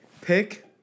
pick